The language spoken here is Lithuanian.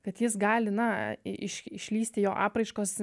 kad jis gali na iš išlįsti jo apraiškos